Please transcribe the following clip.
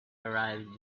arrived